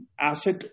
asset